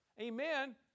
amen